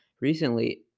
Recently